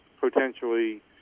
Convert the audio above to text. potentially